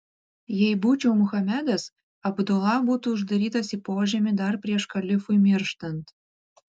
jei būčiau muhamedas abdula būtų uždarytas į požemį dar prieš kalifui mirštant